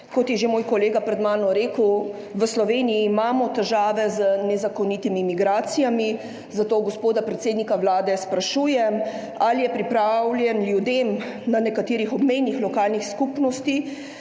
Kot je že moj kolega pred mano rekel, v Sloveniji imamo težave z nezakonitimi migracijami. Zato gospoda predsednika Vlade sprašujem: Ali ste pripravljeni ljudem v nekaterih obmejnih lokalnih skupnostih